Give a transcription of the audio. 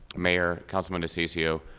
mayor, councilman diciccio,